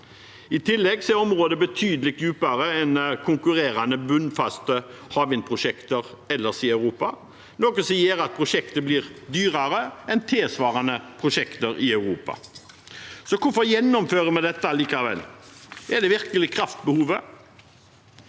I tillegg er området betydelig dypere enn konkurrerende bunnfaste havvindprosjekter ellers i Europa, noe som gjør at prosjektet blir dyrere enn tilsvarende prosjekter i Europa. Så hvorfor gjennomfører vi dette allikevel? Er det virkelig på grunn av kraftbehovet?